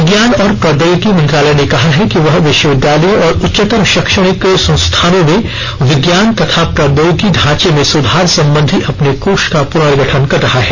विज्ञान और प्रौद्योगिकी मंत्रालय ने कहा है कि वह विश्वविद्यालयों और उच्चतर शैक्षणिक संस्थानों में विज्ञान तथा प्रौद्योगिकी ढांचे में सुधार संबंधी अपने कोष का प्रनर्गठन कर रहा है